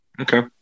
Okay